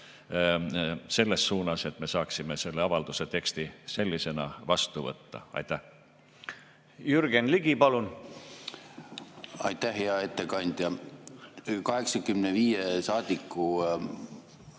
selles suunas, et me saaksime selle avalduse teksti sellisena vastu võtta. Jürgen Ligi, palun! Jürgen Ligi, palun! Aitäh! Hea ettekandja! 85 saadiku